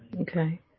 Okay